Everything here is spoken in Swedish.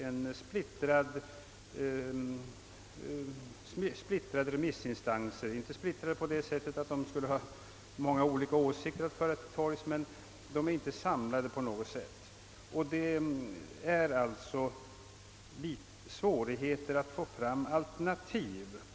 Jag menar inte att de är splittrade på det sättet att de skulle ha många olika åsikter att föra till torgs, men de är inte samlade och det blir därför svårt att få ett alternativ till kommitténs förslag.